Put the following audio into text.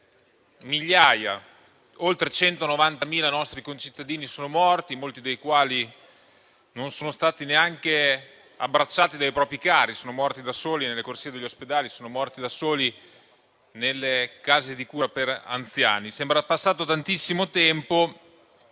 da quando oltre 190.000 nostri concittadini sono morti, molti dei quali non sono stati neanche abbracciati dai propri cari poiché morti da soli nelle corsie degli ospedali o nelle case di cura per anziani. Sembra passato tantissimo tempo,